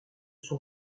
son